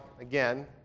again